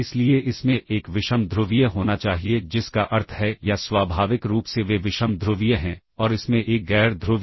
इसलिए हम इस पैरामीटर के स्थानांतरण के उद्देश्य से इस स्टैक का उपयोग कर सकते हैं